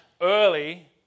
early